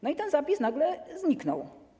No i ten zapis nagle zniknął.